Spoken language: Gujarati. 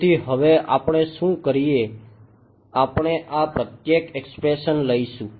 તેથી હવે આપણે શું કરીએ આપણે આ પ્રત્યેક એક્સપ્રેશન લઈશું